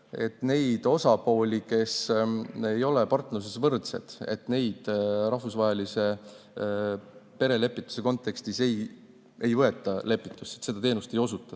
et neid osapooli, kes ei ole partnerluses võrdsed, rahvusvahelise perelepituse kontekstis ei võeta lepitusse, seda teenust ei osutata,